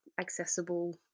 accessible